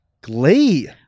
Glee